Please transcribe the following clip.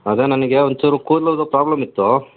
ಅದೇ ನನಗೆ ಒಂಚೂರು ಕೂದ್ಲುದ್ದು ಪ್ರಾಬ್ಲಮ್ ಇತ್ತು